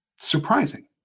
surprising